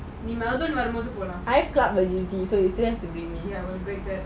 in melbourne வரும்போது போலாம்:varumbothu polam